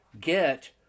get